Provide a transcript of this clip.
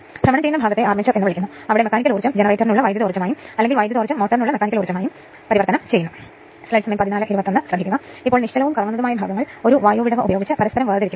open circuit ടെസ്റ്റിനും തുടർന്ന് short circuit ടെസ്റ്റുകൾക്കുമായി ട്രാൻസ്ഫോർമർ ബന്ധിപ്പിക്കുമ്പോൾ ഉപകരണത്തിന്റെ വ്യാഖ്യാനം എന്തായിരിക്കും